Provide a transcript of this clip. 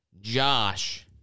Josh